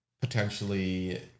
potentially